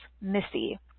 Missy